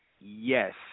yes